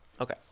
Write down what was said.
Okay